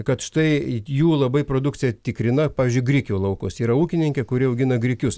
kad štai jų labai produkciją tikrina pavyzdžiui grikių laukas yra ūkininkai kurie augina grikius